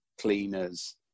cleaners